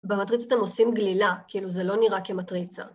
‫במטריצות הם עושים גלילה, ‫כאילו זה לא נראה כמטריצה.